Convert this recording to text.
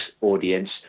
audience